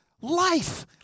life